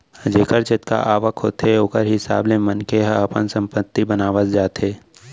जेखर जतका आवक होथे ओखर हिसाब ले मनखे ह अपन संपत्ति बनावत जाथे